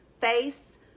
face